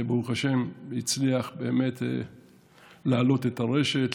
וברוך השם הצליח באמת להעלות את הרשת,